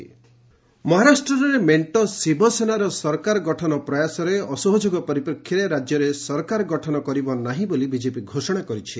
ମହା ଗଭ୍ ପର୍ମେସନ୍ ମହାରାଷ୍ଟ୍ରରେ ମେଣ୍ଟ ଶିବାସେନାର ସରକାର ଗଠନ ପ୍ରୟାସରେ ଅସହଯୋଗ ପରିପ୍ରେକ୍ଷୀରେ ରାଜ୍ୟରେ ସରକାର ଗଠନ କରିବ ନାହିଁ ବୋଲି ବିଜେପି ଘୋଷଣା କରିଛି